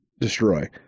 destroy